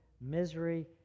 misery